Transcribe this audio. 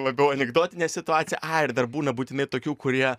labiau anekdotinė situacija ai ir dar būna būtinai tokių kurie